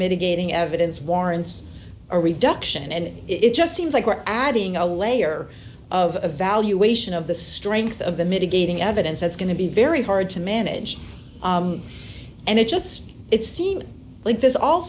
mitigating evidence warrants a reduction and it just seems like we're adding a layer of evaluation of the strength of the mitigating evidence that's going to be very hard to manage and it just it seems like this all